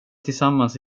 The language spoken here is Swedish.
tillsammans